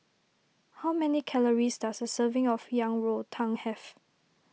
how many calories does a serving of Yang Rou Tang have